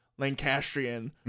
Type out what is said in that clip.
Lancastrian